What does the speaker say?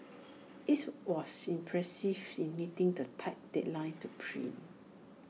IT was impressive in meeting the tight deadline to print